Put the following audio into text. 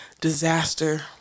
disaster